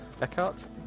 Eckhart